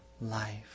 life